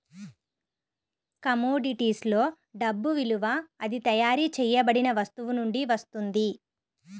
commodities లో డబ్బు విలువ అది తయారు చేయబడిన వస్తువు నుండి వస్తుంది